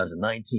2019